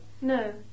No